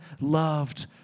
loved